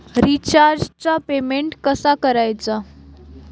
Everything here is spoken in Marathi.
रिचार्जचा पेमेंट कसा करायचा?